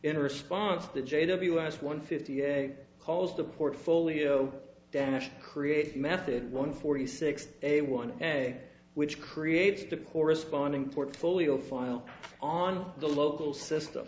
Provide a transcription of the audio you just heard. in response to j w s one fifty calls the portfolio dash create method one forty six a one egg which creates the corresponding portfolio file on the local system